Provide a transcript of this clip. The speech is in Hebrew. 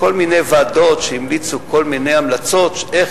כל מיני ועדות שהמליצו כל מיני המלצות איך